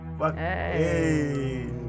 Hey